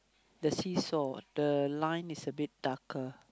the seesaw the line is a bit darker